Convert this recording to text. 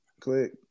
Click